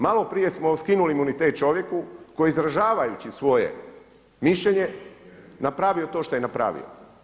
Malo prije smo skinuli imunitet čovjeku koji je izražavajući svoje mišljenje napravio to što je napravio.